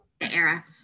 era